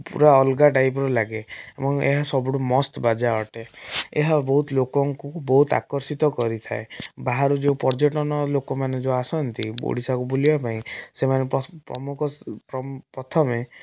ପୁରା ଅଲଗା ଟାଇପର ଲାଗେ ଏବଂ ଏହା ସବୁଠୁ ମସ୍ତବାଜା ଅଟେ ଏହା ବହୁତ ଲୋକଙ୍କୁ ବହୁତ ଆକର୍ଷିତ କରିଥାଏ ବାହାରୁ ଯେଉଁ ପର୍ଯ୍ୟଟନ ଲୋକମାନେ ଯେଉଁ ଆସନ୍ତି ଓଡ଼ିଶାକୁ ବୁଲିବାପାଇଁ ସେମାନେ ପ୍ରମୁଖ ପ୍ରଥମେ